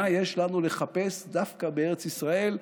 מה יש לנו לחפש דווקא בארץ ישראל?